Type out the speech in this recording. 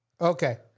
Okay